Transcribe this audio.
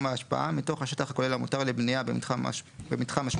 ההשפעה מתוך השטח הכולל המותר לבנייה במתחם השפעה,